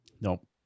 Nope